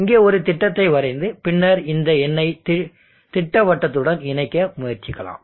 இங்கே ஒரு திட்டத்தை வரைந்து பின்னர் இந்த எண்ணை திட்டவட்டத்துடன் இணைக்க முயற்சிக்கலாம்